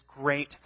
great